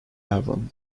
avon